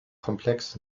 komplex